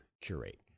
curate